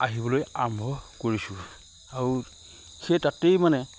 আহিবলৈ আৰম্ভ কৰিছোঁ আৰু সেই তাতেই মানে